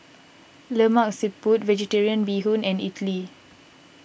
Lemak Siput Vegetarian Bee Hoon and Idly